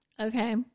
Okay